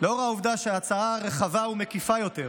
לאור העובדה שהצעה רחבה ומקיפה יותר